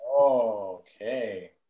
Okay